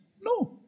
No